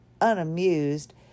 unamused